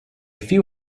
few